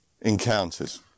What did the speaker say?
encounters